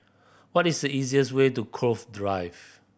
what is the easiest way to Cove Drive